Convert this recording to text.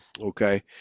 okay